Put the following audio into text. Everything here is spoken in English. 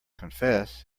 confess